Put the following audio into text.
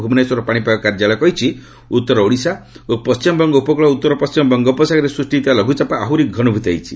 ଭୁବନେଶ୍ୱର ପାଣିପାଗ କାର୍ଯ୍ୟାଳୟ କହିଛି ଉତ୍ତର ଓଡ଼ିଶା ଓ ପଣ୍ଢିମବଙ୍ଗ ଉପକୃଳ ଉତ୍ତର ପଣ୍ଢିମ ବଙ୍ଗୋପସାଗରରେ ସୃଷ୍ଟି ହୋଇଥିବା ଲଘୁଚାପ ଆହୁରି ଘନିଭ୍ରତ ହୋଇଛି